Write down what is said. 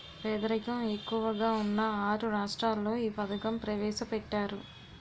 పేదరికం ఎక్కువగా ఉన్న ఆరు రాష్ట్రాల్లో ఈ పథకం ప్రవేశపెట్టారు